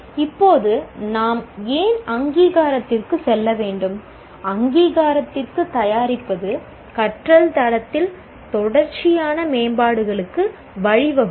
இப்போது நாம் ஏன் அங்கீகாரத்திற்கு செல்ல வேண்டும் அங்கீகாரத்திற்குத் தயாரிப்பது கற்றல் தரத்தில் தொடர்ச்சியான மேம்பாடுகளுக்கு வழிவகுக்கும்